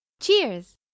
Cheers